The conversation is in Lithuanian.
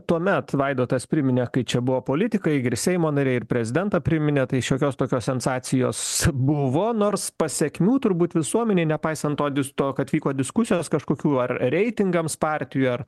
tuomet vaidotas priminė kai čia buvo politikai ir seimo nariai ir prezidentą priminė tai šiokios tokios sensacijos buvo nors pasekmių turbūt visuomenei nepaisant to dis to kad vyko diskusijos kažkokių ar reitingams partijų ar